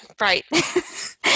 right